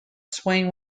swain